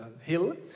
hill